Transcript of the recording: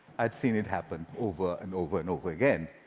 i'd seen it happen over and over and over again.